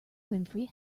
winfrey